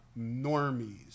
normies